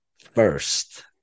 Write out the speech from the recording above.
first